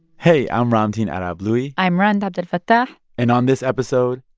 hey. i'm ramtin arablouei i'm rund abdelfatah and on this episode,